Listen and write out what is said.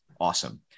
Awesome